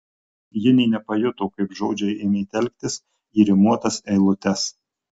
ji nė nepajuto kaip žodžiai ėmė telktis į rimuotas eilutes